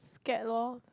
scared lor